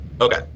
Okay